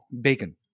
Bacon